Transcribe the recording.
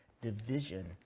division